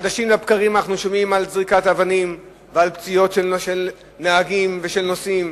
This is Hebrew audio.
חדשים לבקרים אנחנו שומעים על זריקת אבנים ועל פציעות של נהגים ונוסעים,